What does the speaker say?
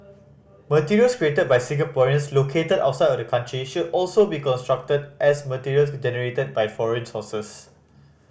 materials created by Singaporeans located outside of the country should also be construed as material generated by foreign sources